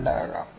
32 ആകാം